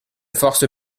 force